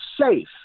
safe